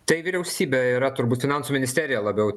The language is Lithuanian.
tai vyriausybė yra turbūt finansų ministerija labiau turbūt